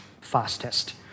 fastest